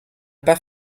pas